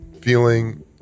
feeling